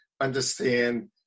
understand